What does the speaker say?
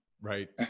Right